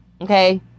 Okay